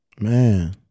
Man